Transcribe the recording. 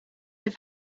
have